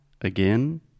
again